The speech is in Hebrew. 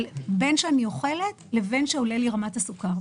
בין שאני אוכלת ובין שעולה לי רמת הסוכר,